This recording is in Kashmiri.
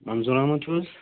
منظوٗر احمد چھِو حظ